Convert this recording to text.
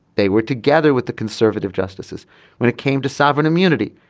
they were together with the conservative justices when it came to sovereign immunity.